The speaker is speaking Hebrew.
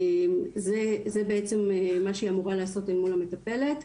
זה בעצם מה שהיא אמורה לעשות אל מול המטפלת.